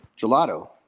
gelato